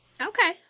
Okay